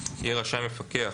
יהיה רשאי מפקח,